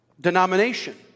denomination